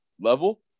level